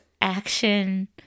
action